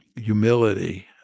humility